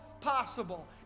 possible